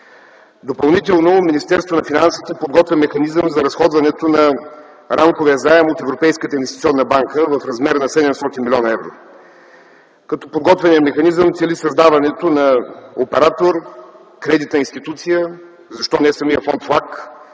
финансите подготвя механизъм за изразходването на рамковия заем от Европейската инвестиционна банка в размер на 700 млн. евро. Подготвеният механизъм цели създаването на оператор – кредитна институция, защо не самият Фонд ФЛАГ,